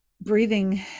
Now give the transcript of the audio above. breathing